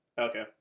Okay